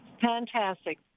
Fantastic